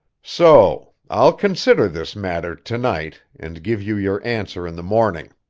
so. i'll consider this matter, to-night, and give you your answer in the morning.